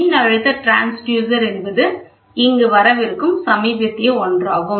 மின் அழுத்த டிரான்ஸ்யூசர் என்பது இங்கு வரவிருக்கும் சமீபத்திய ஒன்றாகும்